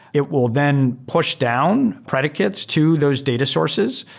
it will then push down predicates to those data sources,